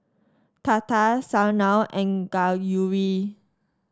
Tata Sanal and Gauri